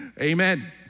Amen